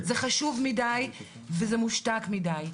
זה חשוב מדי וזה מושתק מדי.